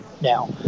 now